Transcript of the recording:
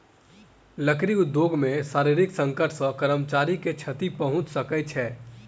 लकड़ी उद्योग मे शारीरिक संकट सॅ कर्मचारी के क्षति पहुंच सकै छै